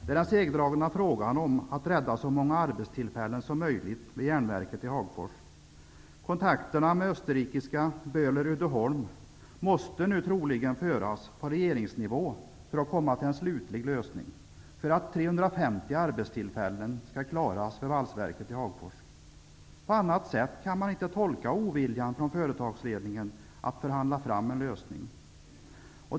Det är den segdragna frågan om att rädda så många arbetstillfällen som möjligt vid järnverket i Uddeholm måste nu troligen föras på regeringsnivå för att man skall kunna komma fram till en slutlig lösning av frågan om att klara 350 arbetstillfällen vid valsverket i Hagfors. På annat sätt kan man inte tolka oviljan från företagsledningen att förhandla fram en lösning.